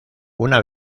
una